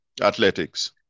Athletics